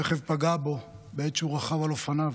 רכב פגע בו בעת שהוא רכב על אופניו,